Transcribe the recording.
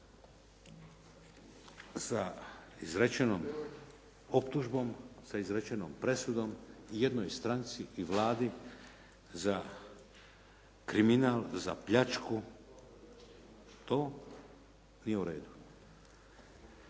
sa izrečenom optužbom, sa izrečenom presudom jednoj stranci i Vladi za kriminal, za pljačku to nije u redu.